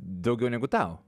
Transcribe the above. daugiau negu tau